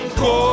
go